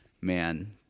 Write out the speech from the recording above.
Man